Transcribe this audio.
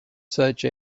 such